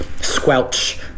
squelch